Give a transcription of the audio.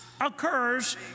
occurs